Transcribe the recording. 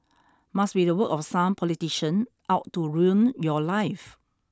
must be the work of some politician out to ruin your life